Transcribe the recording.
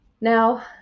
Now